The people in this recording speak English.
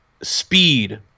speed